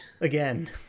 again